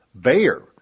Bayer